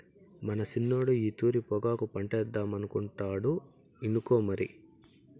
మన సిన్నోడు ఈ తూరి పొగాకు పంటేద్దామనుకుంటాండు ఇనుకో మరి